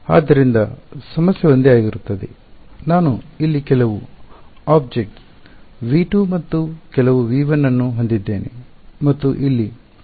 ಆದ್ದರಿಂದ ಸಮಸ್ಯೆ ಒಂದೇ ಆಗಿರುತ್ತದೆ ನಾನು ಇಲ್ಲಿ ಕೆಲವು ಆಬ್ಜೆಕ್ಟ್ V2ಮತ್ತು ಕೆಲವು V1 ಅನ್ನು ಹೊಂದಿದ್ದೇನೆ ಮತ್ತು ಇದು ಇಲ್ಲಿ ನನ್ನ ಪ್ರಸ್ತುತ ಮೂಲವಾಗಿದೆ